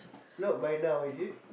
not by now is it